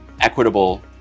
equitable